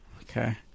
Okay